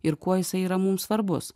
ir kuo jisai yra mums svarbus